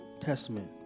Testament